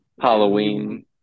halloween